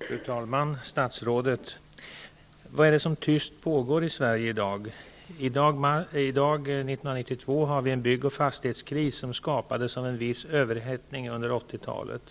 Fru talman! Statsrådet! Vad är det som tyst pågår i Sverige i dag? 1992 har vi en bygg och fastighetskris som skapats av en viss överhettning under 80-talet.